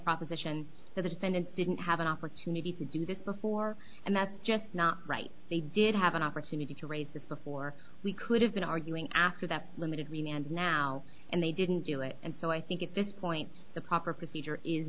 proposition that the defendant didn't have an opportunity to do this before and that's just not right they did have an opportunity to raise this before we could have been arguing after that limited remand now and they didn't do it and so i think at this point the proper procedure is